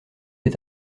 est